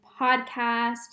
podcast